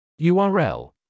url